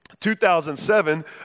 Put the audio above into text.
2007